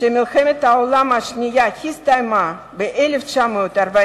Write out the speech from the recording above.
שמלחמת העולם השנייה הסתיימה ב-1945,